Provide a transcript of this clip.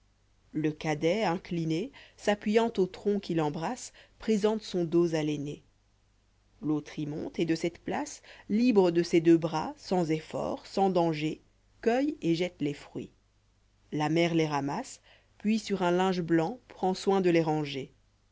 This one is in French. le cadet incliné s'appuyant au tronc qu'il embrasse présente son dos à l'aîné l'autre y monte et dé cette place libre de ses deux bras sans efforts sans danger cueille et jette les fruits la mère les ramasse puis sur un linge blanc prend soin de les ranger